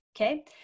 okay